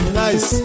nice